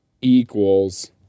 equals